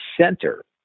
center